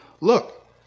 look